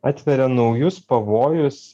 atveria naujus pavojus